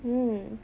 mm